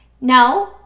No